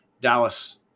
dallas